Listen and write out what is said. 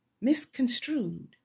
misconstrued